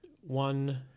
one